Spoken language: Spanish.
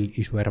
por